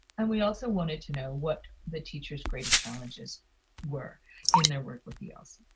and we also wanted to know what the teacher's greatest challenges were in their work with yeah els.